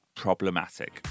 problematic